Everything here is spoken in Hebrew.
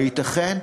הייתכן?